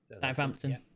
Southampton